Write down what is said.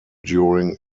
during